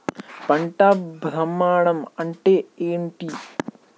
పంట భ్రమణం అంటే ఏంటి?